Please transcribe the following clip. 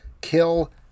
Kill